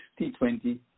T20